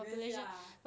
really ah